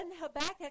Habakkuk